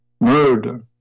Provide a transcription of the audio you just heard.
murder